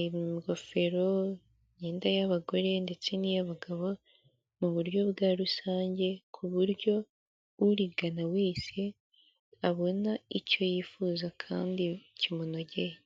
ingofero, imyenda y'abagore ndetse n'iy'abagabo mu buryo bwa rusange ku buryo urigana wese abona icyo yifuza kandi kimunogeye.